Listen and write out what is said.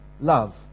love